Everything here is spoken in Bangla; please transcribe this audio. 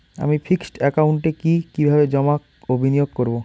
আমি ফিক্সড একাউন্টে কি কিভাবে জমা ও বিনিয়োগ করব?